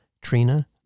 Trina